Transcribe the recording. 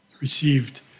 received